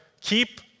keep